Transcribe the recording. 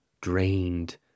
drained